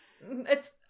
It's-